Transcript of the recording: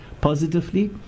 positively